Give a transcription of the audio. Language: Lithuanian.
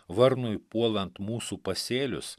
varnui puolant mūsų pasėlius